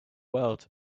world